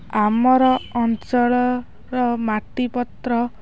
ଆମର ଅଞ୍ଚଳର ମାଟିପତ୍ର